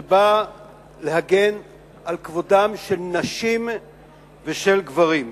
שבא להגן על כבודם של נשים ושל גברים.